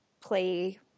play